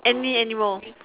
any animal